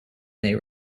may